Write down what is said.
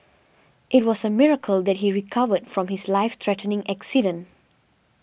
it was a miracle that he recovered from his life threatening accident